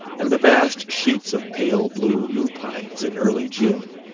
and the vast sheets of pale blue lupines in early june,